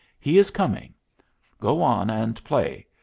he is coming go on and play.